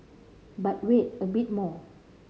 but wait a bit more